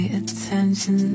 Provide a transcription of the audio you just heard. attention